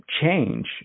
change